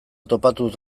topatuz